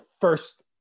first